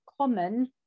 common